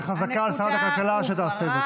וחזקה על שרת הכלכלה שתעשה זאת.